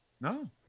No